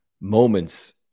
moments